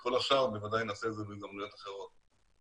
כל השאר בוודאי נעשה בהזדמנויות אחרות.